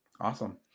Awesome